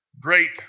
Great